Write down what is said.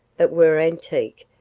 but were antique,